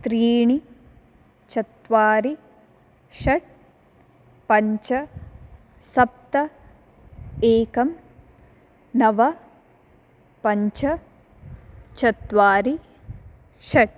त्रीणि चत्वारि षट् पञ्च सप्त एकं नव पञ्च चत्वारि षट्